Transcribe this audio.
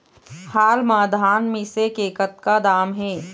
हाल मा धान मिसे के कतका दाम हे?